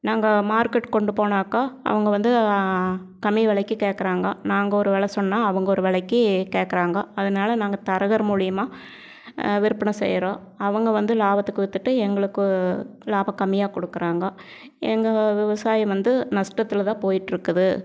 நாங்கள் மார்க்கெட் கொண்டு போனாக்கால் அவங்க வந்து கம்மி விலைக்கு கேட்கறாங்க நாங்கள் ஒரு விலை சொன்னால் அவங்க ஒரு விலைக்கு கேட்றாங்கோ அதனால் நாங்கள் தரகர் மூலிமா விற்பனை செய்கிறோம் அவங்கள் வந்து லாபத்துக்கு விற்றுட்டு எங்களுக்கு லாபம் கம்மியாக கொடுக்கறாங்கோ எங்கள் விவசாயம் வந்து நஷ்டத்துல தான் போய்கிட்ருக்குது